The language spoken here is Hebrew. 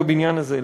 בבניין הזה,